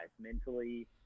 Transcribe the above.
mentally